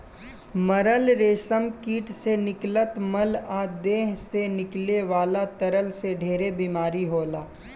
मरल रेशम कीट से निकलत मल आ देह से निकले वाला तरल से ढेरे बीमारी होला